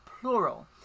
plural